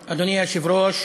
היושב-ראש,